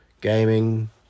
gaming